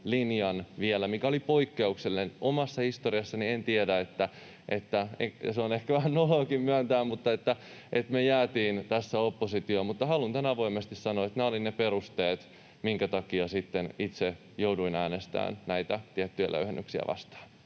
linjamme, mikä oli poikkeuksellinen. Omasta historiastani en tiedä, että... Se on ehkä vähän noloakin myöntää, että me jäätiin tässä oppositioon, mutta haluan avoimesti sanoa tämän, että nämä olivat ne perusteet, minkä takia itse jouduin äänestämään näitä tiettyjä löyhennyksiä vastaan.